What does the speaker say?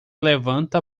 levanta